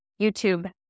YouTube